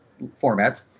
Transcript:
formats